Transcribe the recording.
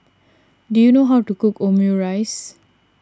do you know how to cook Omurice